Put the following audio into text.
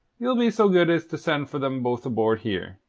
ye'll be so good as to send for them both aboard here,